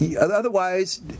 otherwise